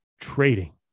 trading